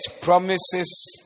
promises